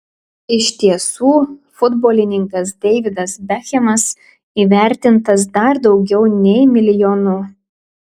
iš tiesų futbolininkas deividas bekhemas įvertintas dar daugiau nei milijonu